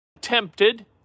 tempted